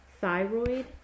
thyroid